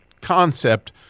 concept